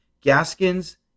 Gaskins